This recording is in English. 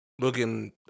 looking